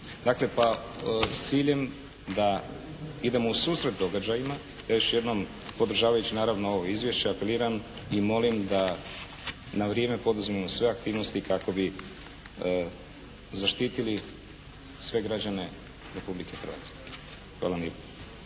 Dakle, pa s ciljem da idemo u susret događajima ja još jednom podržavajući naravno ovo izvješće apeliram i molim da na vrijeme poduzmemo sve aktivnosti kako bi zaštitili sve građane Republike Hrvatske. Hvala vam